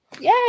Yay